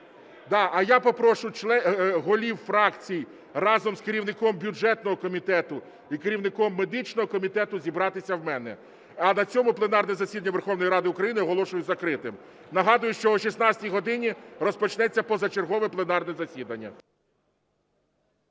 А я попрошу голів фракцій разом з керівником бюджетного комітету і керівником медичного комітету зібратися в мене. А на цьому пленарне засідання Верховної Ради України оголошую закритим. Нагадую, що о 16 годині розпочнеться позачергове пленарне засідання.